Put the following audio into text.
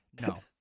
No